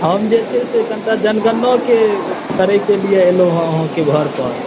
हम जे छै से कनिटा जनगणनाके करैके लिए अयलहुँ हँ अहाँके घर पर